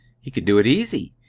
he could do it easy.